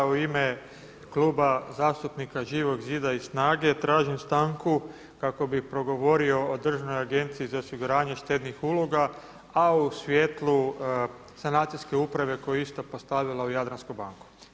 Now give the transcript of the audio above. U ime Kluba zastupnika i SNAGA-e tražim stanku kako bih progovorio o Državnoj agenciji za osiguranje štednih uloga, a u svjetlu sanacijske uprave koju je isto postavila u Jadransku banku.